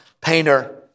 painter